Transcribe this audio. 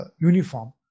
uniform